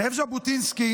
זאב ז'בוטינסקי